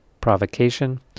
provocation